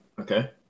Okay